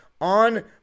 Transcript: On